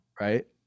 right